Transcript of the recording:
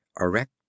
erect